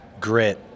grit